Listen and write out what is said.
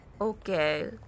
Okay